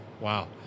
Wow